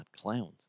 clowns